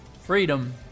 freedom